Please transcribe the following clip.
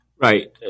Right